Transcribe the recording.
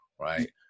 right